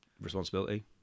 Responsibility